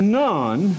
none